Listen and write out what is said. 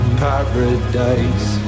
paradise